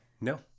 No